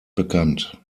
bekannt